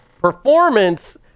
performance